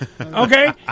Okay